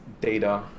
data